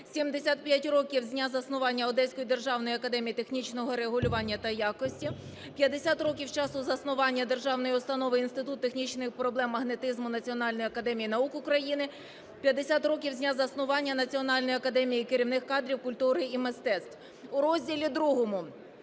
75 років з дня заснування Одеської державної академії технічного регулювання та якості; 50 років з часу заснування державної установи Інститут технічних проблем магнетизму Національної академії наук України; 50 років з дня заснування Національної академії керівних кадрів, культури і мистецтв. У розділі ІІ: